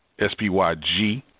SPYG